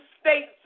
States